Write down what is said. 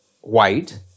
white